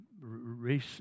race